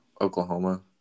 Oklahoma